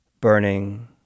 burning